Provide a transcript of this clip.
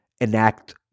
enact